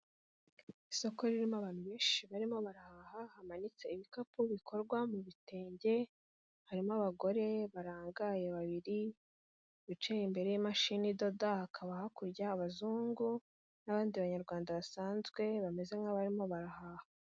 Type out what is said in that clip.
Isoko ririmo abantu benshi barimo barahaha hamanitse ibikapu bikorwa mu bitenge, harimo abagore barangaye babiri bicaye imbere y'imashini idoda, hakaba hakurya abazungu n'abandi banyarwanda basanzwe bameze nk'abarimo barahaha.